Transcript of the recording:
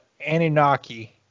Anunnaki